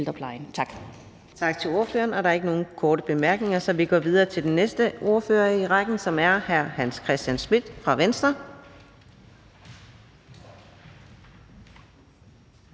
Tak til ordføreren. Der er ikke nogen korte bemærkninger, så vi går videre til den næste ordfører i rækken, som er hr. Hans Christian Schmidt fra Venstre.